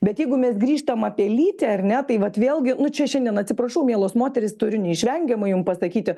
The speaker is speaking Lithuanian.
bet jeigu mes grįžtam apie lytį ar ne tai vat vėlgi nu čia šiandien atsiprašau mielos moterys turiu neišvengiamai jum pasakyti